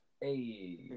Hey